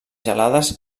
gelades